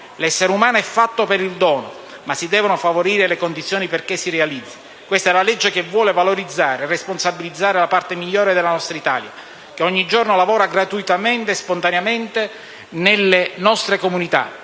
L'essere umano è fatto per il dono, ma si devono favorire le condizioni perché si realizzi. Questa è la legge che vuole valorizzare e responsabilizzare la parte migliore della nostra Italia, che ogni giorno lavora gratuitamente e spontaneamente nelle nostre comunità,